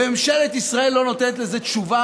וממשלת ישראל לא נותנת לזה תשובה,